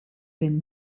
been